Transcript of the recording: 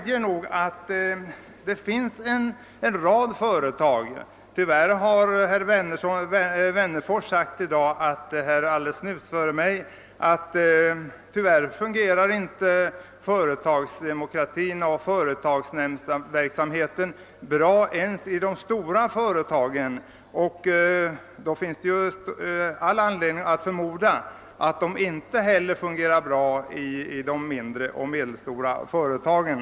Herr Wennerfors sade alldeles nyss att företagsdemokratin och företagsnämndsverksamheten tyvärr inte fungerar väl ens i de stora företagen, och det finns därför all anledning att förmoda att detta inte heller fungerar väl i de mindre och medelstora företagen.